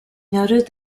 noted